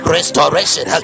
Restoration